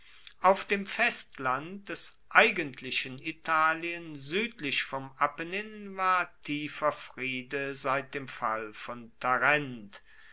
auf dem festland des eigentlichen italien suedlich vom apennin war tiefer friede seit dem fall von tarent